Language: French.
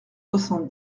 soixante